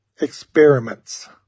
experiments